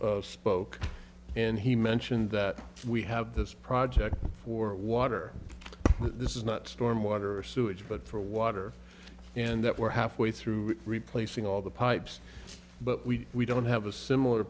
spoke and he mentioned that we have this project for water this is not storm water or sewage but for water and that we're halfway through replacing all the pipes but we don't have a similar